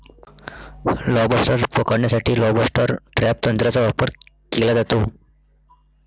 lobster पकडण्यासाठी lobster trap तंत्राचा वापर केला जातो